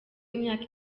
imyaka